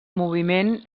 moviment